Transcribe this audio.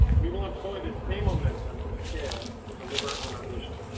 we will employ the same momentum and scale to deliver on our vision.